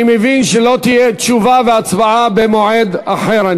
אני מבין שלא תהיה, תשובה והצבעה במועד אחר.